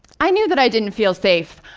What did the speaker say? i knew that i didn't feel safe,